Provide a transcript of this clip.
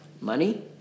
Money